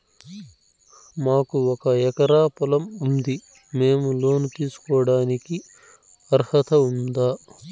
మాకు ఒక ఎకరా పొలం ఉంది మేము లోను తీసుకోడానికి అర్హత ఉందా